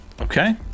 Okay